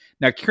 now